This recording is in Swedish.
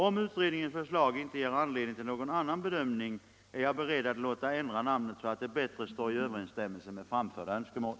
Om utredningens förslag inte ger anledning till någon annan bedömning, är jag beredd att låta ändra namnet så att det bättre står i överensstämmelse med framförda önskemål.